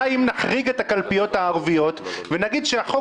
אם נחריג את הקלפיות הערביות ונגיד שהחוק